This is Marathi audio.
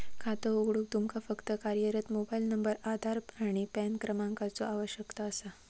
खातो उघडूक तुमका फक्त कार्यरत मोबाइल नंबर, आधार आणि पॅन क्रमांकाचो आवश्यकता असा